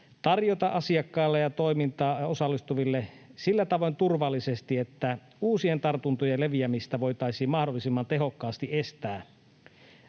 tarjota asiakkaille ja toimintaan osallistuville sillä tavoin turvallisesti, että uusien tartuntojen leviämistä voitaisiin mahdollisimman tehokkaasti estää.